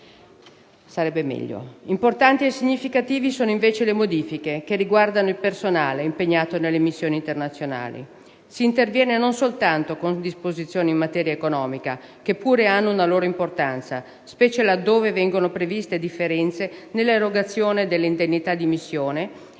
Importanti e significative sono invece le modifiche che riguardano il personale impegnato nelle missioni internazionali. Si interviene non soltanto con disposizioni in materia economica, che pure hanno una loro importanza, specie laddove vengono previste differenze nell'erogazione delle indennità di missione,